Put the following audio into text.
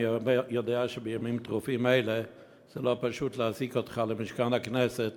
אני יודע שבימים טרופים אלה זה לא פשוט להזעיק אותך למשכן הכנסת